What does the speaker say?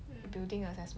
building